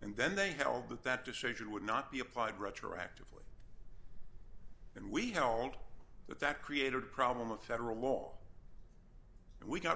and then they held that that decision would not be applied retroactively and we held that that created a problem with federal law and we got